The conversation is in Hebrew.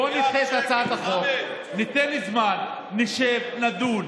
בוא נדחה את הצעת החוק, ניתן זמן, נשב, נדון.